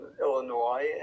Illinois